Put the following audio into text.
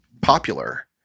popular